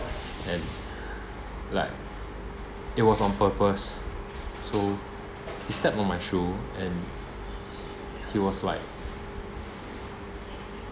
and like it was on purpose so he stepped on my shoe and he was like